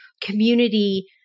community